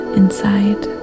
inside